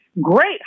Great